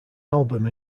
album